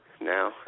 now